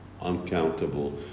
uncountable